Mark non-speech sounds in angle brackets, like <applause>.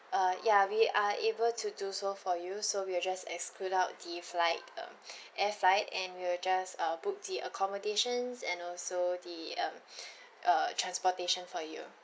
uh ya we are able to do so for you so we'll just exclude out the flight um <breath> air flight and we will just uh book the accommodations and also the um <breath> uh transportation for you